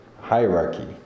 hierarchy